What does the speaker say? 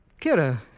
Kira